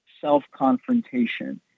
self-confrontation